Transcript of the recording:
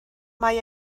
mae